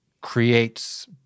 creates